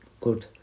good